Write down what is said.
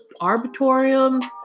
arbitoriums